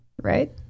right